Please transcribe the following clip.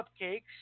cupcakes